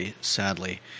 sadly